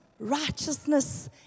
Righteousness